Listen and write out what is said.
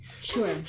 Sure